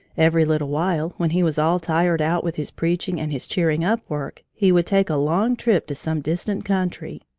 every little while, when he was all tired out with his preaching and his cheering-up work, he would take a long trip to some distant country,